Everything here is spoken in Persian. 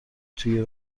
توی